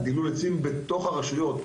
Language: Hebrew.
על דילול עצים בתוך הרשויות,